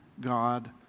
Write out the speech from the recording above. God